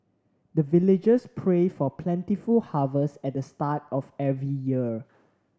the villagers pray for plentiful harvest at the start of every year